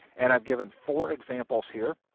and i've given four examples here.